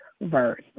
verse